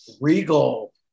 regal